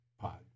pod